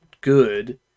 good